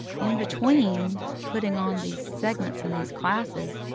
in between putting on these segments and these classes,